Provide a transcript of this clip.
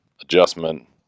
adjustment